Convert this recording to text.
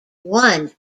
one